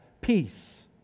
peace